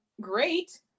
great